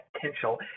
potential